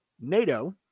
NATO